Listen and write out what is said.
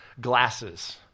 glasses